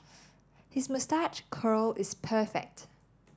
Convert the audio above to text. his moustache curl is perfect